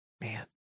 Man